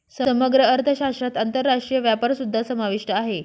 समग्र अर्थशास्त्रात आंतरराष्ट्रीय व्यापारसुद्धा समाविष्ट आहे